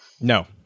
no